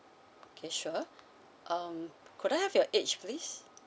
okay sure um could I have your age please